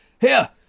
Here